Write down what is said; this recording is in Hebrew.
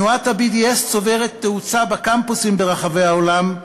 תנועת ה-BDS צוברת תאוצה בקמפוסים ברחבי העולם,